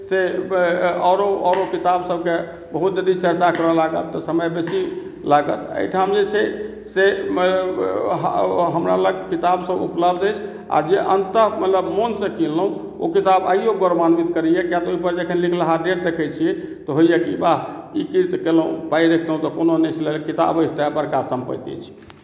से औरो औरो किताब सबके बहुत यदि चर्चा करए लागब तऽ समय बेसी लागत एहिठाम जे छै से हमरा लग किताब सब ऊपलब्ध अछि आ जे अन्ततः मतलब मोन सँ किनलहुॅं ओ किताब आइयो गौरवान्वित करैया किया तऽ ओहिपर जखन लिखलाहा डेट देखै छियै तऽ होइया की वाह ई कीर्ति केलहुॅं पाइ रखितहुॅं रखितहुॅं तऽ कोनो नहि छलए किताब अछि तऽ इएह बड़का सम्पत्ति अइछ